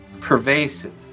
pervasive